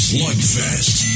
Slugfest